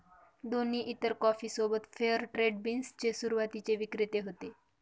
दोन्ही इतर कॉफी सोबत फेअर ट्रेड बीन्स चे सुरुवातीचे विक्रेते होते